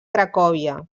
cracòvia